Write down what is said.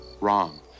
Wrong